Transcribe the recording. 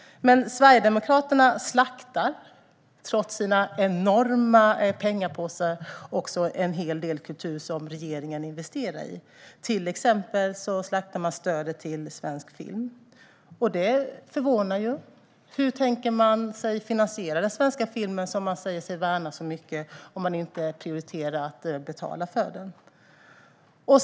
Sverigedemokraterna slaktar trots sin enorma pengapåse också en hel del kultur som regeringen investerar i. Man slaktar till exempel stödet till svensk film. Det förvånar. Hur tänker man sig att finansiera den svenska filmen som man säger sig värna så mycket om man inte prioriterar att betala för den?